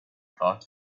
thought